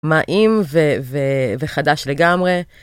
מה אים וחדש לגמרי.